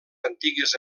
antigues